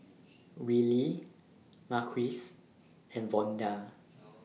Wylie Marquez and Vonda